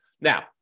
Now